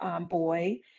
boy